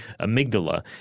amygdala